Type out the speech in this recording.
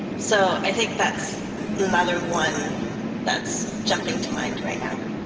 so i think that's another one that's jumping to mind right now.